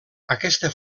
aquesta